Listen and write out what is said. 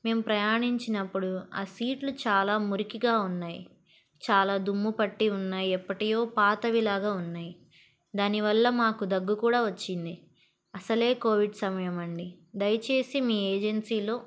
మేము ప్రయాణించినప్పుడు ఆ సీట్లు చాలా మురికిగా ఉన్నాయి చాలా దుమ్ము పట్టి ఉన్నాయి ఎప్పటివో పాతవిలాగా ఉన్నాయి దానివల్ల మాకు దగ్గు కూడా వచ్చింది అసలే కోవిడ్ సమయం అండి దయచేసి మీ ఏజెన్సీలో